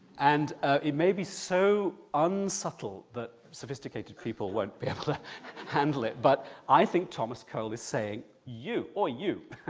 and it may be so unsubtle that sophisticated people won't be able to handle it, but i think thomas cole is saying, you, oi, you,